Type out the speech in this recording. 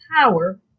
power